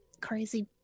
Crazy